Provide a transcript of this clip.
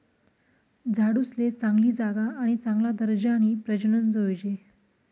झाडूसले चांगली जागा आणि चांगला दर्जानी प्रजनन जोयजे